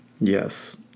Yes